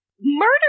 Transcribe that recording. murder